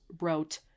wrote